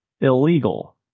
Illegal